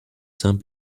some